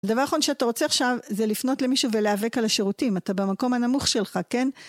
הדבר האחרון שאתה רוצה עכשיו זה לפנות למישהו ולהיאבק על השירותים, אתה במקום הנמוך שלך, כן?